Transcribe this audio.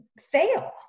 fail